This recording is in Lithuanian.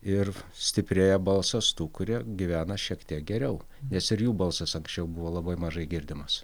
ir stiprėja balsas tų kurie gyvena šiek tiek geriau nes ir jų balsas anksčiau buvo labai mažai girdimas